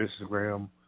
Instagram